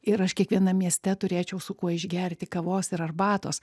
ir aš kiekvienam mieste turėčiau su kuo išgerti kavos ir arbatos